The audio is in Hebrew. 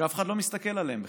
שאף אחד לא מסתכל עליהם בכלל,